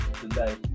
today